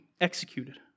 Executed